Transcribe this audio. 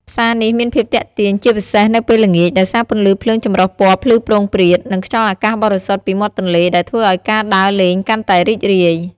ផ្សារនេះមានភាពទាក់ទាញជាពិសេសនៅពេលល្ងាច ដោយសារពន្លឺភ្លើងចម្រុះពណ៌ភ្លឺព្រោងព្រាត និងខ្យល់អាកាសបរិសុទ្ធពីមាត់ទន្លេ ដែលធ្វើឱ្យការដើរលេងកាន់តែរីករាយ។